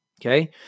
Okay